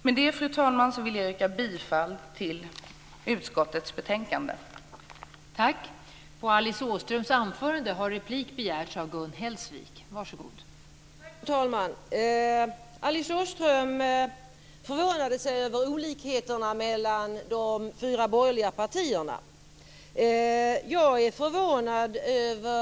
Med det, fru talman, vill jag yrka bifall till utskottets hemställan i betänkandet.